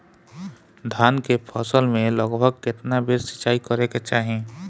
धान के फसल मे लगभग केतना बेर सिचाई करे के चाही?